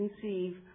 conceive